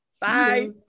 Bye